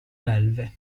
belve